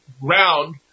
ground